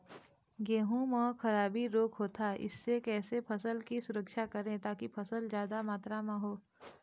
गेहूं म खराबी रोग होता इससे कैसे फसल की सुरक्षा करें ताकि फसल जादा मात्रा म हो?